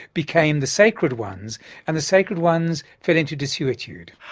became the sacred ones and the sacred ones fell into desuetude.